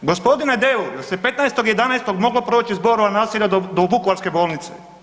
Gospodine Deur, jel' se 15.11. moglo proći iz Borova naselja do Vukovarske bolnice?